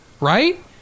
right